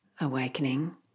awakening